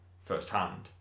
firsthand